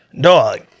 Dog